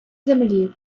землі